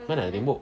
mana ada tembok